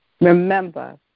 Remember